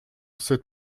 cette